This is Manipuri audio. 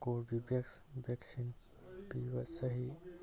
ꯀꯣꯕꯤꯚꯦꯛꯁ ꯕꯦꯛꯁꯤꯟ ꯄꯤꯕ ꯆꯍꯤ